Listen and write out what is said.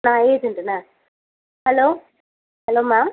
நான் ஏஜெண்ட்டுனா hello hello ma'am